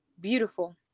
Beautiful